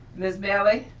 miss bailey.